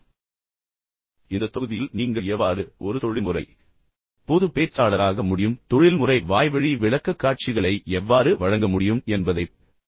இப்போது இந்த தொகுதியில் நீங்கள் எவ்வாறு ஒரு தொழில்முறை பொது பேச்சாளராக முடியும் தொழில்முறை வாய்வழி விளக்கக்காட்சிகளை எவ்வாறு வழங்க முடியும் என்பதைப் பார்ப்போம்